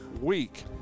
week